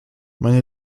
meine